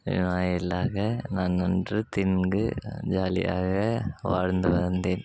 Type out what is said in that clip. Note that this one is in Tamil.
எல்லாம் நான் நன்கு தின்ங்கு ஜாலியாக வாழ்ந்து வந்தேன்